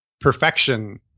perfection